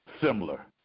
similar